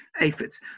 Aphids